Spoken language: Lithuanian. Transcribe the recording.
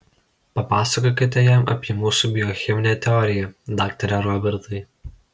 papasakokite jam apie mūsų biocheminę teoriją daktare robertai